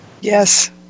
Yes